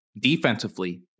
defensively